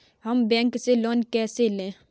हम बैंक से लोन कैसे लें?